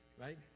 right